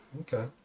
okay